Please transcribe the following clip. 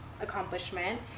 accomplishment